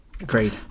Agreed